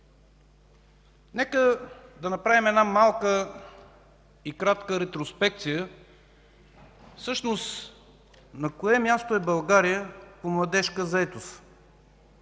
Нека да направим една малка и кратка ретроспекция всъщност на кое място е България по младежка заетост